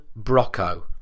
Brocco